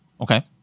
Okay